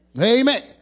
Amen